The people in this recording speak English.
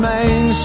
Main